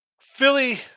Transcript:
Philly